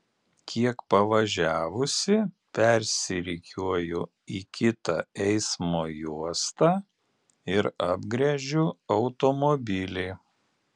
kiek pavažiavusi persirikiuoju į kitą eismo juostą ir apgręžiu automobilį